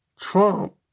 Trump